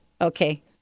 okay